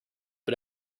but